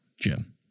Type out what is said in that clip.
Jim